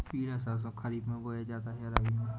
पिला सरसो खरीफ में बोया जाता है या रबी में?